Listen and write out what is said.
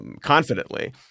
confidently